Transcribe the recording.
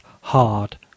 hard